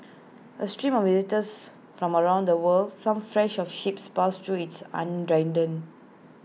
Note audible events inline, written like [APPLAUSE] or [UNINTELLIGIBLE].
A stream of visitors from around the world some fresh off ships passed through it's on [UNINTELLIGIBLE]